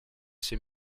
ses